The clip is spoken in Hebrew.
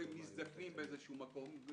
מזדקנים באיזשהו מקום.